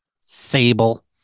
Sable